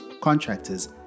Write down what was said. contractors